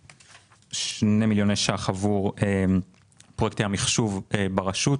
2 מיליוני שקלים עבור פרויקטי המחשוב ברשות,